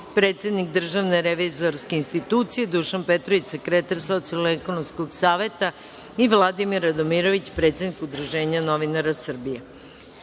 predsednik Državne revizorske institucije, Dušan Petrović, sekretar Socijalno-ekonomskog saveta i Vladimir Radomirović, predsednik Udruženja novinara Srbije. Molim